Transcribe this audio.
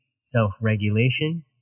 self-regulation